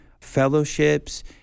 fellowships